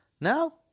Now